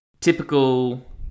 typical